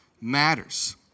matters